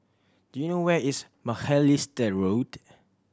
do you know where is Macalister Road